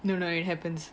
no no it happens